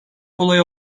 kolay